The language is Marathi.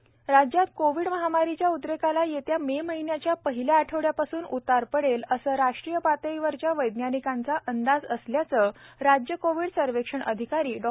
प्रदीप आवटे राज्यात कोविड महामारीच्या उद्रेकाला येत्या मे महिन्याच्या पहिल्या आठवड्यापासून उतार पडेल असा राष्ट्रीय पातळीवरच्या वैज्ञानिकांचा अंदाज असल्याचं राज्य कोविड सर्वेक्षण अधिकारी डॉ